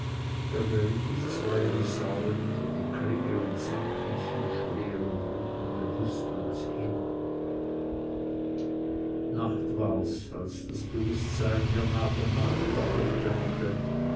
da geriet ich zwei husaren unter die klinge und sank mit vier schweren wunden bewußtlos hin nacht war's als das bewußtsein mir nach und nach wieder aufdämmerte